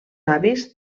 avis